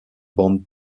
bond